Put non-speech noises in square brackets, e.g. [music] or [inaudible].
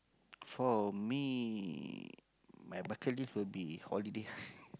for me my bucket list would be holiday ah [breath]